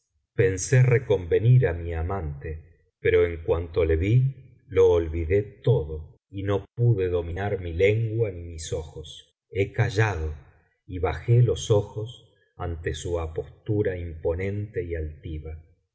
pensé reconvenir á mi amante pero en cnanto le vi lo olvidé todo y no pude dominar mi lengua ni mis ojos he callado y bajé los ojos ante su apostura imponente y altiva